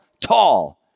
tall